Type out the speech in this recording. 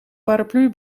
paraplu